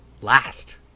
last